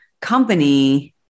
company